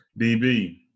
DB